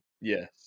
Yes